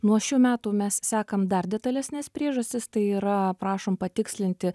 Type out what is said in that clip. nuo šių metų mes sekam dar detalesnes priežastis tai yra prašom patikslinti